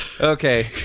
Okay